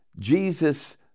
Jesus